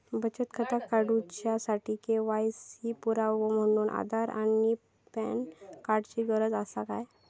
बचत खाता काडुच्या साठी के.वाय.सी पुरावो म्हणून आधार आणि पॅन कार्ड चा गरज आसा काय?